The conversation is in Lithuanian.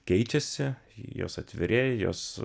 keičiasi jos atvirėja jos